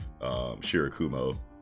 Shirakumo